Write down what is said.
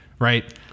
Right